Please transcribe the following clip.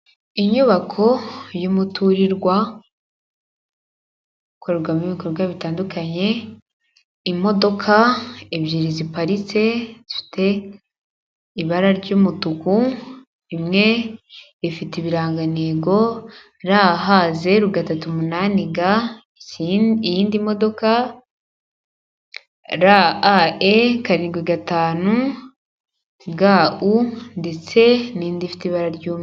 Inyubako y'umuturirwa, ikorerwamo ibikorwa bitandukanye, imodoka ebyiri ziparitse, zifite ibara ry'umutuku, imwe ifite ibirangantego RH038G iy'indi modoka RAE75GU ndetse n'indi ifite ibara ry'umweru.